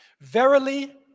verily